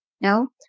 No